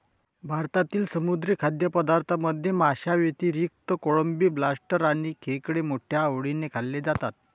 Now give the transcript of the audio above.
भारतातील समुद्री खाद्यपदार्थांमध्ये माशांव्यतिरिक्त कोळंबी, लॉबस्टर आणि खेकडे मोठ्या आवडीने खाल्ले जातात